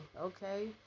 okay